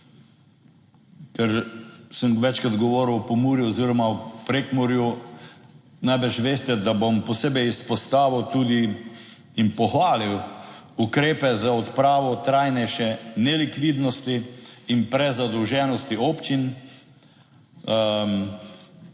Ker sem večkrat govoril o Pomurju oziroma v Prekmurju, najbrž veste, da bom posebej izpostavil tudi in pohvalil ukrepe za odpravo trajnejše nelikvidnosti in prezadolženosti občin.